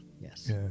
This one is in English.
Yes